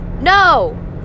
No